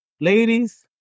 Ladies